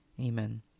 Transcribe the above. Amen